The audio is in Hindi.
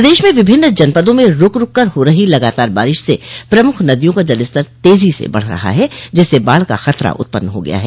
प्रदेश में विभिन्न जनपदों में रूक रूक कर हो रही लगातार बारिश से प्रमुख नदियों का जलस्तर तेजी से बढ़ रहा है जिससे बाढ़ का खतरा उत्पन्न हो गया है